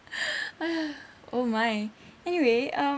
oh my anyway um